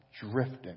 drifting